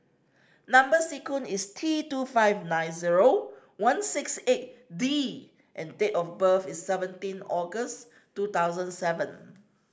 number sequence is T two five nine zero one six eight D and date of birth is seventeen August two thousand seven